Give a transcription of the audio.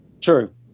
True